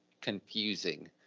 confusing